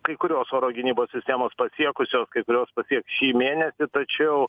kai kurios oro gynybos sistemos pasiekusios kai kurios pasieks šį mėnesį tačiau